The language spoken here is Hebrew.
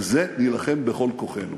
בזה נילחם בכל כוחנו.